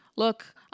Look